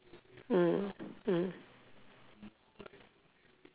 mm mm